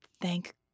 Thank